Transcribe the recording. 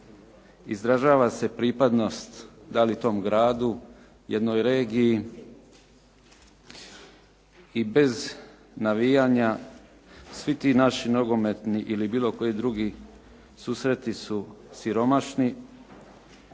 izražava se pripadnost da li tom gradu, jednoj regiji i bez navijanja svi ti naši nogometni ili bilo koji drugi susreti su siromašni